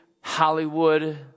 Hollywood